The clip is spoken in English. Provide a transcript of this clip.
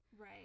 Right